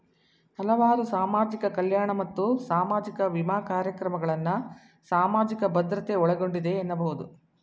ಹಲವಾರು ಸಾಮಾಜಿಕ ಕಲ್ಯಾಣ ಮತ್ತು ಸಾಮಾಜಿಕ ವಿಮಾ ಕಾರ್ಯಕ್ರಮಗಳನ್ನ ಸಾಮಾಜಿಕ ಭದ್ರತೆ ಒಳಗೊಂಡಿದೆ ಎನ್ನಬಹುದು